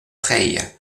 reille